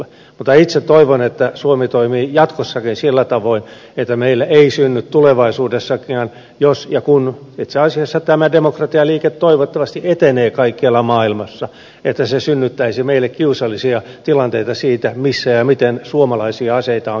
mutta itse toivon että suomi toimii jatkossakin sillä tavoin että meillä ei synny tulevaisuudessa käy jos ja kun itse asiassa tämä demokratialiike toivottavasti etenee kaikkialla maailmassa se ei synnyttäisi meille tulevaisuudessakaan kiusallisia tilanteita siinä missä ja miten suomalaisia aseita on käytetty